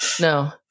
no